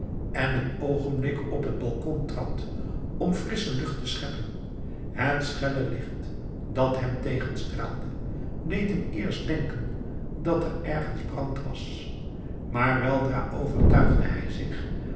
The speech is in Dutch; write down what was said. en een oogenblik op het balkon trad om frissche lucht te scheppen het schelle licht dat hem tegenstraalde deed hem eerst denken dat er ergens brand was maar weldra overtuigde hij zich